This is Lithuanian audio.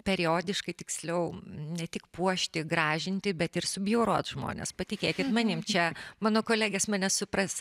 periodiškai tiksliau ne tik puošti gražinti bet ir subjaurot žmones patikėkit manim čia mano kolegės mane supras